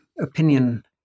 opinion